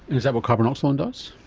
and is that what carbenoxolone does?